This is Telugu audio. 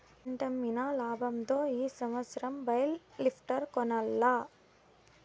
పంటమ్మిన లాబంతో ఈ సంవత్సరం బేల్ లిఫ్టర్ కొనాల్ల